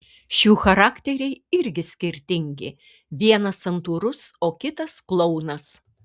šių charakteriai irgi skirtingi vienas santūrus o kitas klounas